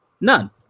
None